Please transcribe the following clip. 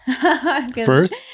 First